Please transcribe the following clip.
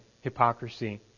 hypocrisy